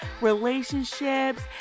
relationships